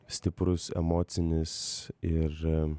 stiprus emocinis ir